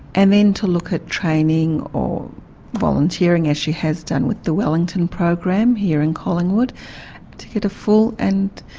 and then to look at training or volunteering as she has done with the wellington program here in collingwood to get a full and.